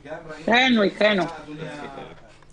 וגם ראינו --- אדוני היושב-ראש,